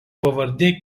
pavardė